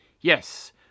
Yes